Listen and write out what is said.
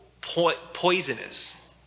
poisonous